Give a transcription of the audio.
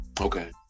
Okay